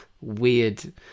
weird